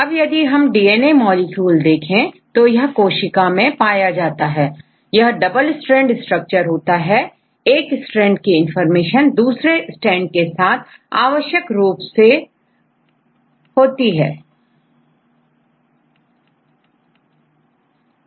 अब यदि हम डीएनए मॉलिक्यूल देखें तो यह कोशिका में पाया जाता है और डबल स्टैंड स्ट्रक्चर होता है एक स्ट्रैंड की इंफॉर्मेशन दूसरे स्टैंड के साथ आवश्यक रूप से redundantहोते हैं